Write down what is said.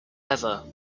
ever